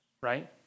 right